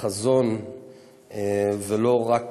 חזון ולא רק